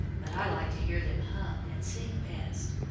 but i like to hear them hum and sing best.